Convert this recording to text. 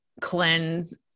cleanse